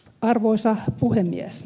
arvoisa puhemies